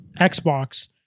Xbox